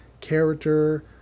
character